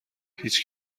هیچ